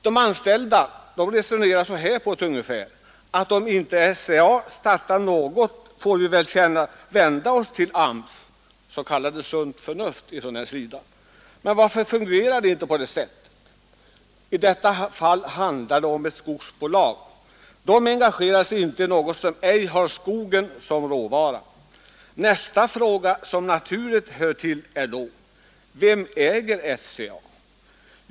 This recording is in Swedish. De anställda resonerar ungefär så här: Om inte SCA startar något får vi väl vända oss till AMS. S. k. sunt förnuft! Men varför fungerar det inte på det sättet. I detta fall handlar det om ett skogsbolag. Det engagerar sig alltså icke i något som ej har skogen som råvara. Nästa fråga som då naturligt uppkommer är vem som äger SCA.